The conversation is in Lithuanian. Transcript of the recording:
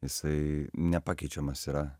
jisai nepakeičiamas yra